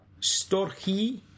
Storchi